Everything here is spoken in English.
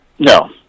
No